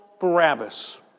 Barabbas